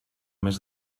més